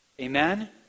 Amen